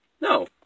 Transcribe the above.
No